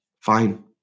Fine